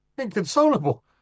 Inconsolable